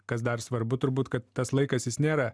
kas dar svarbu turbūt kad tas laikas jis nėra